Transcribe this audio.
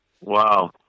Wow